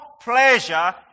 pleasure